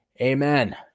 amen